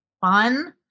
fun